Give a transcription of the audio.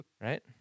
Right